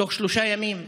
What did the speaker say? בתוך שלושה ימים,